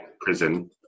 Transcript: prison